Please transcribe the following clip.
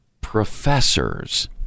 professors